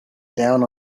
down